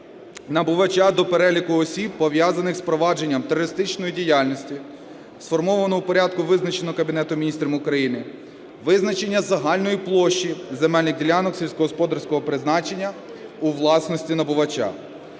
набувача до переліку осіб, пов'язаних з провадженням терористичної діяльності, сформованого порядку, визначеного Кабінетом Міністрів України; визначення загальної площі земельних ділянок сільськогосподарського призначення у власності набувача.